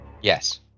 Yes